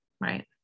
Right